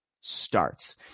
starts